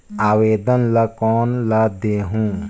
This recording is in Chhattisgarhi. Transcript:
आवेदन ला कोन ला देहुं?